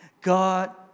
God